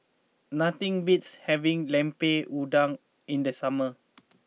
nothing beats having Lemper Udang in the summer